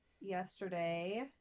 yesterday